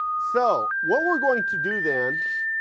so, what we're going to do then,